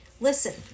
Listen